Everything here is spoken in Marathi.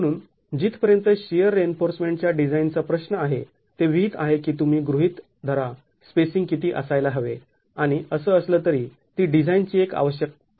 म्हणून जिथपर्यंत शिअर रिइन्फोर्समेंटच्या डिझाईन चा प्रश्न आहे ते विहित आहे की तुम्ही गृहीत धरा स्पेसिंग किती असायला हवे आणि असं असलं तरी ती डिझाईनची एक आवश्यक पायरी आहे